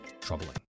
troubling